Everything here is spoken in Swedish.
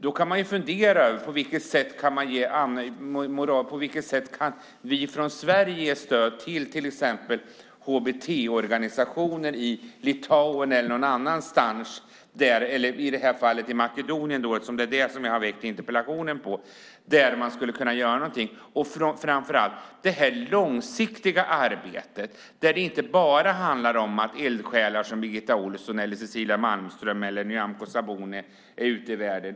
Då kan man fundera över på vilket sätt vi i Sverige kan ge stöd till exempelvis hbt-organisationer i Litauen eller någon annanstans, i det här fallet Makedonien som jag interpellerat om. Framför allt handlar det om det långsiktiga arbetet och att inte bara eldsjälar som Birgitta Ohlsson, Cecilia Malmström och Nyamko Sabuni är ute i världen.